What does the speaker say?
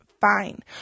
fine